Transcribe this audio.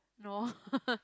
no